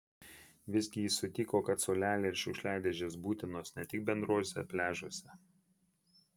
vis gi jis sutiko kad suoleliai ir šiukšliadėžės būtinos ne tik bendruose pliažuose